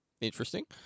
Interesting